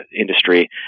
industry